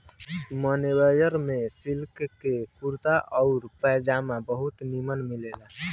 मान्यवर में सिलिक के कुर्ता आउर पयजामा बहुते निमन मिलेला